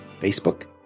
Facebook